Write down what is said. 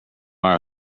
fire